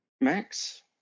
Max